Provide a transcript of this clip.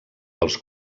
pels